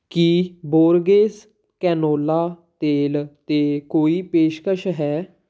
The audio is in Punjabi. ਕੀ ਬੋਰਗੇਸ ਕੈਨੋਲਾ ਤੇਲ 'ਤੇ ਕੋਈ ਪੇਸ਼ਕਸ਼ ਹੈ